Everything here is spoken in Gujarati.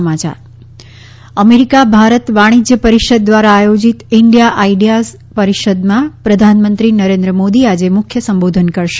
ઃ અમેરિકા ભારત વાણિશ્ર્ય પરિષદ દ્વારા આયોજિત ઈન્ડિયા આઈડિયાઝ પરિષદમાં પ્રધાનમંત્રી નરેન્દ્ર મોદી આજે મુખ્ય સંબોધન કરશે